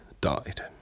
died